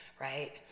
right